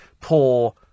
poor